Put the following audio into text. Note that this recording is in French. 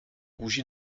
rougi